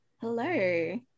Hello